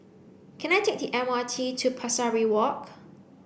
can I take T M R T to Pesari Walk